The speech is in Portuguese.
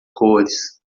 cores